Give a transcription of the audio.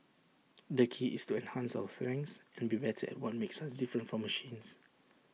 the key is to enhance our strengths and be better at what makes us different from machines